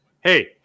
hey